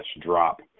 drop